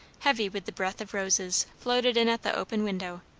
heavy with the breath of roses, floated in at the open window,